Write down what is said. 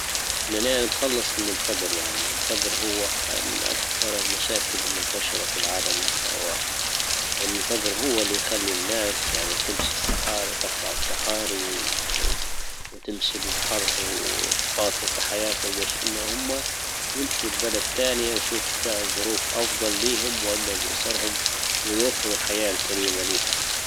بدنا نتخلص من الفجر. يعني الفجر هو من اكثر المشاكل المنتشرة في العالم. الفجر هو اللي يخلي الناس يعني تمشي الصحاري تقطع الصحاري وتمشي البحر وتخاطر بحياتها باش هم يمشوا لبلد تانية يشوفوا ظروف افضل ليهم ولا لاسرهم ويوفروا الحياة الكريمة لهم.